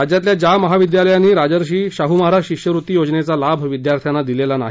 राज्यातील ज्या महाविद्यालयांनी राजर्षी शाह महाराज शिष्यवृत्ती योजनेचा लाभ विद्यार्थ्यांना दिलेला नाही